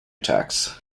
attacks